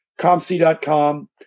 ComC.com